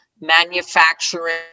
manufacturing